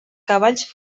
cavalls